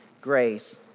grace